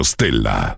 Stella